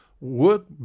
Work